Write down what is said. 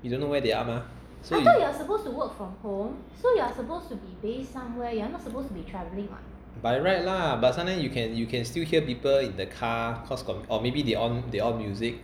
you don't know where they ah mah so you by right lah but sometimes you can you can still hear people in the car cause got or maybe they on they on music